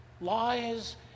lies